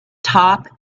top